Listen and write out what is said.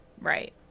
Right